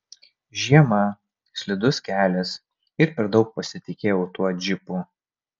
žiema slidus kelias ir per daug pasitikėjau tuo džipu